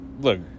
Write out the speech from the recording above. look